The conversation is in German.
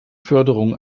förderung